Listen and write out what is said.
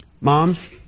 Moms